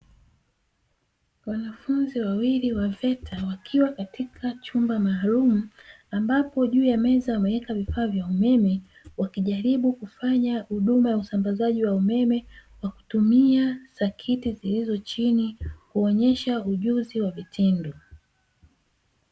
Wanafunzi wawili wa "VETA", wakiwa katika chumba maalumu, ambapo juu ya meza wameweka vifaa vya umeme wakijaribu kufanya huduma ya usambazaji wa umeme kwa kutumia sakiti zilizo chini kuonyesha ujuzi wa vitendo.